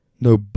No